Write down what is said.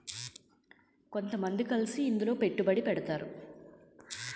కొంతమంది కలిసి ఇందులో పెట్టుబడి పెడతారు